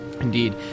Indeed